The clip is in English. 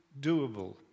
doable